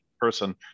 person